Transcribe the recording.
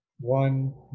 one